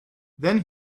then